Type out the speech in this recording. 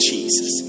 Jesus